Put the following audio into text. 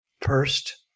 First